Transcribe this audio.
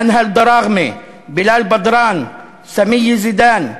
מנהל דראגמה, בילאל בדראן, סומיה זידאן,